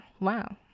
wow